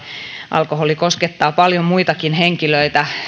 alkoholi koskettaa paljon muitakin henkilöitä